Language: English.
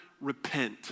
Repent